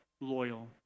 loyal